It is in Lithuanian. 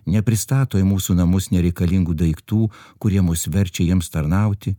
nepristato į mūsų namus nereikalingų daiktų kurie mus verčia jiems tarnauti